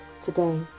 today